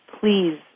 please